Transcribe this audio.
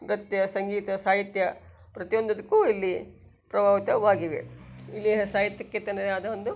ನೃತ್ಯ ಸಂಗೀತ ಸಾಹಿತ್ಯ ಪ್ರತಿಯೊಂದುಕ್ಕೂ ಇಲ್ಲಿ ಪ್ರಭಾವಿತವಾಗಿವೆ ಇಲ್ಲಿನ ಸಾಹಿತ್ಯಕ್ಕೆ ತನ್ನದೇ ಆದ ಒಂದು